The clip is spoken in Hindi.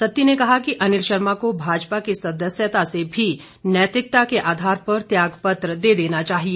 सत्ती ने कहा कि अनिल शर्मा को भाजपा की सदस्यता से भी नैतिकता के आधार पर त्यागपत्र दे देना चाहिए